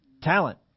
Talent